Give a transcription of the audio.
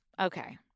okay